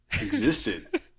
existed